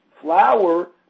flour